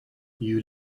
you